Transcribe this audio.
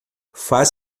faz